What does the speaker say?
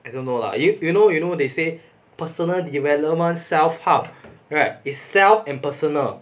I don't know lah you you know you know they say personal development self help is self and personal